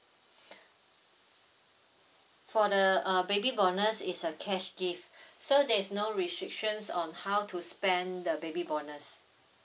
for the uh baby bonus is a cash gift so there is no restrictions on how to spend the baby bonus